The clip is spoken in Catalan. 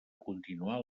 continuar